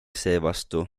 seevastu